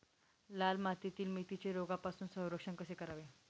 लाल मातीतील मेथीचे रोगापासून संरक्षण कसे करावे?